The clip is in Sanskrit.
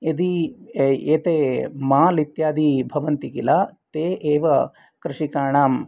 यदि एते माल् इत्यादि भवन्ति किल ते एव कृषिकाणां